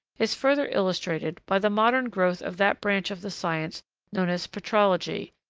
is further illustrated by the modern growth of that branch of the science known as petrology,